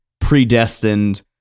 predestined